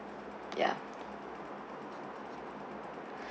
ya